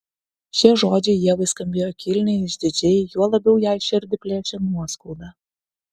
šie žodžiai ievai skambėjo kilniai išdidžiai juo labiau jai širdį plėšė nuoskauda